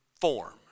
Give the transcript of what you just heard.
form